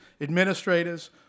administrators